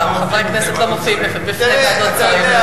חברי הכנסת לא מופיעים בפני ועדות שרים.